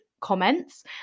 comments